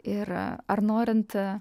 ir ar norint